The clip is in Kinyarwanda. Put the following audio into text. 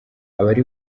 abari